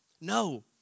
No